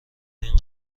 این